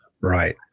Right